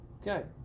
Okay